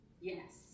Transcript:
Yes